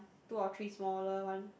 two or three smaller one